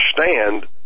understand